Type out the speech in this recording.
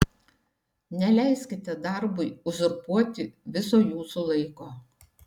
neleiskite darbui uzurpuoti viso jūsų laiko